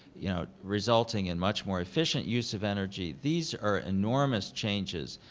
you know, resulting in much more efficient use of energy. these are enormous changes.